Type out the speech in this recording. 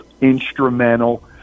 instrumental